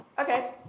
Okay